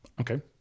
Okay